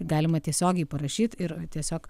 galima tiesiogiai parašyt ir tiesiog